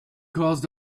caused